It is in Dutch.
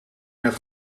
net